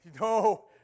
No